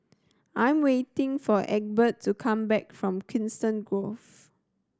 I'm waiting for Egbert to come back from Coniston Grove